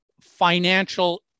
financial